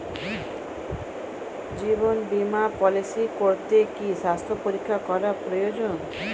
জীবন বীমা পলিসি করতে কি স্বাস্থ্য পরীক্ষা করা প্রয়োজন?